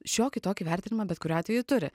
šiokį tokį vertinimą bet kuriuo atveju turi